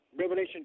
Revelation